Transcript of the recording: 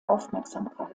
aufmerksamkeit